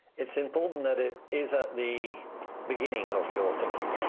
it's important that it is at the beginning of your thinking.